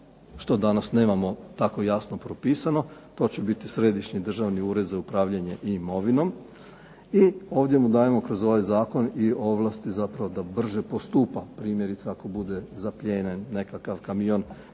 što danas nemamo tako jasno propisano. To će biti Središnji državni ured za upravljanje imovinom. I ovdje mu dajemo kroz ovaj Zakon i ovlasti zapravo da brže postupa, primjerice ako bude zaplijenjen nekakav kamion